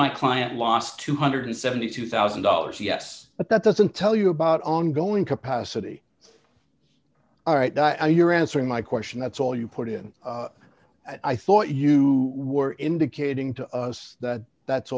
my client lost two hundred and seventy two thousand dollars yes but that doesn't tell you about ongoing capacity all right i mean you're answering my question that's all you put in i thought you were indicating to us that that's